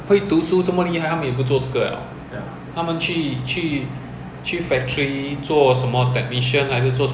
or 整辆车载榴莲给他们进来不用换 tax 不用什么的 leh obviously these people drive in to do work